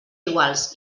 iguals